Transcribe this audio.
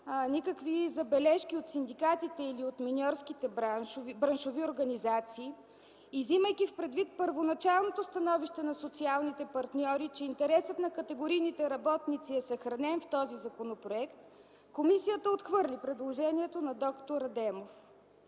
никакви забележки от синдикатите или от миньорските браншови организации и вземайки предвид първоначалното становище на социалните партньори, че интересът на категорийните работници е съхранен в този законопроект, комисията отхвърли предложението на д-р Адемов.